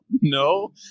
No